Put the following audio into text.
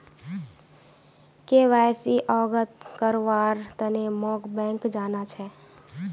KYC अवगत करव्वार तने मोक बैंक जाना छ